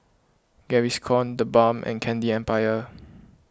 Gaviscon the Balm and Candy Empire